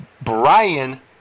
Brian